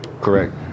Correct